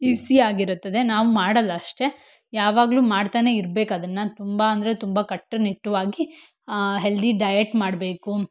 ಇಸ್ಸಿಯಾಗಿರುತ್ತದೆ ನಾವು ಮಾಡಲ್ಲ ಅಷ್ಟೆ ಯಾವಾಗಲೂ ಮಾಡ್ತಾನೆ ಇರ್ಬೇಕು ಅದನ್ನು ತುಂಬ ಅಂದರೆ ತುಂಬ ಕಟ್ಟುನಿಟ್ಟುವಾಗಿ ಹೆಲ್ದಿ ಡಯೆಟ್ ಮಾಡಬೇಕು